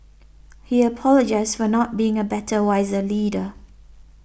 he apologised for not being a better wiser leader